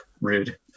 rude